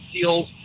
seals